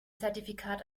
zertifikat